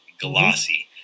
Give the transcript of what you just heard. glossy